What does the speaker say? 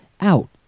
out